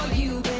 you